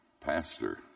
pastor